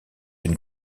une